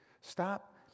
Stop